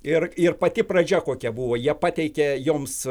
ir ir pati pradžia kokia buvo jie pateikia joms